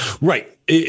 Right